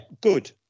good